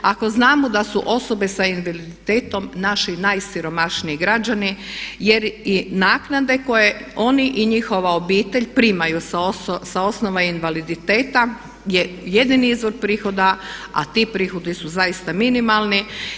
Ako znamo da su osobe sa invaliditetom naši najsiromašniji građani jer i naknade koje oni i njihove obitelji primaju sa osnova invaliditeta su jedini izvor prihoda a ti prihodi su zaista minimalni.